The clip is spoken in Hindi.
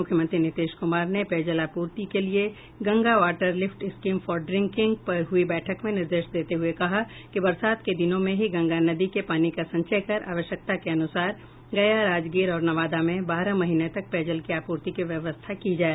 मुख्यमंत्री नीतीश कुमार ने पेयजल आपूर्ति के लिए Ganga water lift scheme for drinking पर हुई बैठक में निर्देश देते हुये कहा कि बरसात के दिनों में ही गंगा नदी के पानी का संचय कर आवश्यकता के अनुसार गया राजगीर और नवादा में बारह महीने तक पेयजल की आपूर्ति की व्यवस्था की जाए